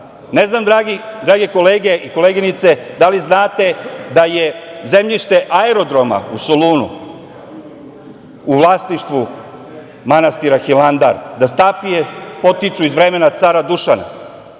Ne znam drage koleginice i kolege da li znate da je zemljište aerodroma u Solunu u vlasništvu manastira Hilandar, da stapije potiču iz vremena cara Dušana